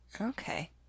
okay